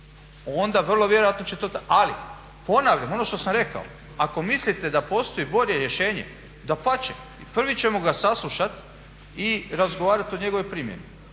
onda vrlo vjerojatno će to, ali ponavljam ono što sam rekao, ako mislite da postoji bolje rješenje dapače prvi ćemo ga saslušat i razgovarat o njegovoj primjeni.